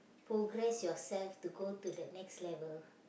progress yourself to go to the next level